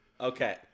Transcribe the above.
Okay